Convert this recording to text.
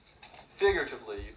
figuratively